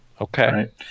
Okay